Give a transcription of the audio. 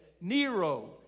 Nero